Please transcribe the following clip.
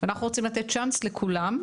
אנחנו רוצים לתת צ'אנס לכולם,